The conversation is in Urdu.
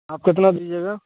آپ کتنا دیجیے گا